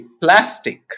plastic